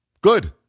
Good